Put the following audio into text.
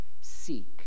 Seek